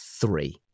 three